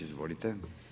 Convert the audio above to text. Izvolite.